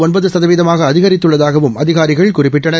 ஒன்பது சதவீதமாக அதிகரித்துள்ளதாகவும் அதிகாரிகள் குறிப்பிட்டனர்